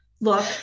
Look